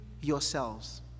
yourselves